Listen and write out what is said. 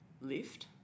lift